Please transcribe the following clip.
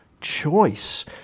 choice